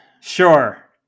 Sure